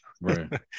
Right